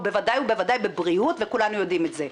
ובוודאי בבריאות וכולנו יודעים את זה.